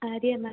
ആര്യ എന്നാണ്